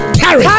carry